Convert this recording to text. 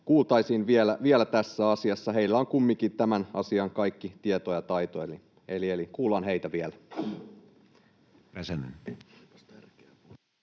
kuultaisiin vielä tässä asiassa. Heillä on kumminkin tämän asian kaikki tieto ja taito, eli kuullaan heitä vielä.